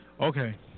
Okay